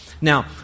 now